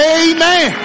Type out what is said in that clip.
amen